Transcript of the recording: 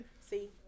See